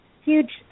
huge